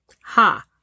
Ha